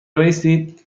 بایستید